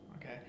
okay